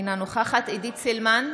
אינה נוכחת עידית סילמן,